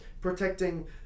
protecting